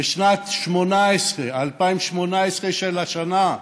בשנת 2018, השנה,